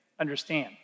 understand